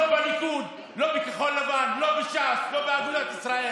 אל תצביעו עליו, אם החוק הזה פוגע במדינת ישראל.